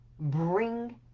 bring